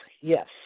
yes